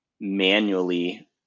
manually